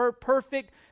perfect